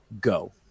Go